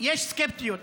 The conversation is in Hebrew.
יש סקפטיות,